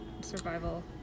survival